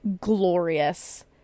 glorious